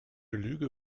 lüge